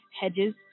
Hedges